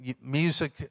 music